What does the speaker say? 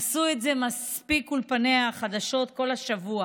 עשו את זה מספיק אולפני החדשות כל השבוע